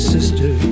Sister